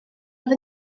oedd